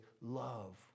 love